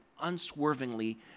unswervingly